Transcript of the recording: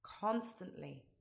constantly